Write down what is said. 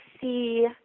see